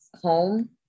home